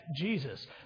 Jesus